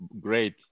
great